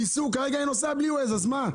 כרגע אני נוסע בלי Waze אז מה.